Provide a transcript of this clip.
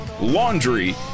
Laundry